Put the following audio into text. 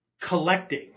collecting